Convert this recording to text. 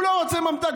הוא לא רוצה ממתק,